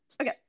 Okay